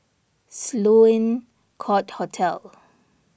Sloane Court Hotel